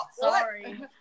sorry